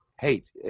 hate